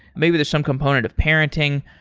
maybe there's some component of parenting.